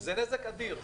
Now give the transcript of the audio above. זה נזק אדיר.